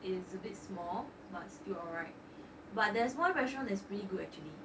is a bit small but still alright but there's one restaurant has pretty good actually